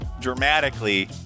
dramatically